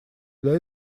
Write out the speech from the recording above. для